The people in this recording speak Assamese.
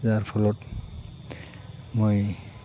যাৰ ফলত মই